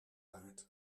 waard